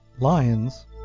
Lions